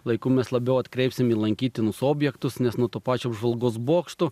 laiku mes labiau atkreipsim į lankytinus objektus nes nuo to pačio apžvalgos bokšto